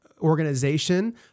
organization